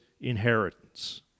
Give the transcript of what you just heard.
inheritance